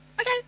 Okay